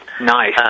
Nice